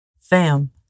Fam